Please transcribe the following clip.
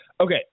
Okay